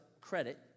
credit